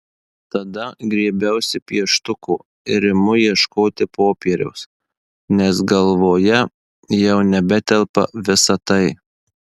tada griebiuosi pieštuko ir imu ieškoti popieriaus nes galvoje jau nebetelpa visa tai